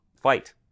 fight